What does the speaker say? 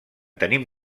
tenim